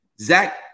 Zach